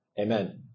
Amen